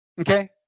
Okay